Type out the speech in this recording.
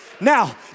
now